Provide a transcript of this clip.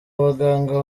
abaganga